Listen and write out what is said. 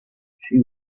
she